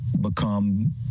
become